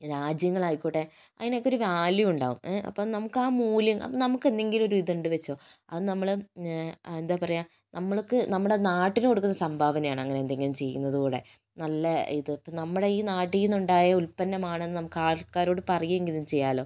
രാജ്യങ്ങൾ ആയിക്കോട്ടെ അതിനൊക്കെ ഒരു വാല്യൂ ഉണ്ടാകും നമുക്ക് ആ മൂല്യം നമുക്ക് ഉണ്ടങ്കിൽ ഒരു ഇത് ഉണ്ട് അത് നമ്മള് എന്താ പറയുക നമ്മൾക്ക് നമ്മുടെ നാടിന് കൊടുക്കുന്ന സംഭാവന തന്നെയാണ് അങ്ങനെ എന്തെങ്കിലും ചെയ്യുന്നതിലൂടെ നല്ല ഇത് നമ്മളുട് ഈ നാട്ടിൽ നിന്ന് ഉണ്ടായ ഉൽപ്പന്നമാണെന്ന് ആൾക്കാരോട് പറയുകയെങ്കിലും ചെയ്യാമല്ലോ